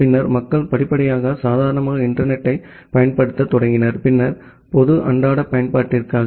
பின்னர் மக்கள் படிப்படியாக சாதாரணமாக இன்டர்நெட் த்தைப் பயன்படுத்தத் தொடங்கினர் பின்னர் பொது அன்றாட பயன்பாட்டிற்கு